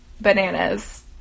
bananas